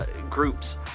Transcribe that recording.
groups